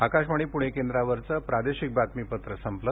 आकाशवाणी पूणे केंद्रावरचं प्रादेशिक बातमीपत्र संपलं